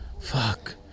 fuck